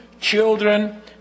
children